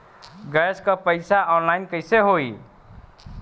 Gas क पैसा online कइसे होई?